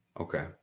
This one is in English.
Okay